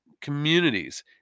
communities